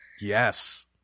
yes